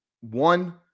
one